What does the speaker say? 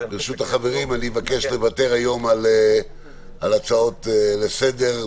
אני אבקש לוותר היום על הצעות לסדר,